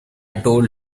told